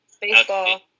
Baseball